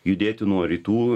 judėti nuo rytų